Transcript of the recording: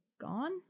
gone